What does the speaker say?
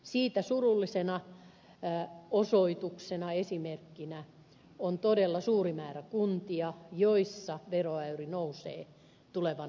siitä surullisena osoituksena esimerkkinä on todella suuri määrä kuntia joissa veroäyri nousee tulevana vuonna